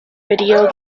video